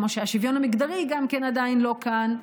כמו שהשוויון המגדרי גם כן עדיין לא כאן,